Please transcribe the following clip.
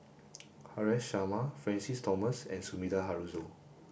Haresh Sharma Francis Thomas and Sumida Haruzo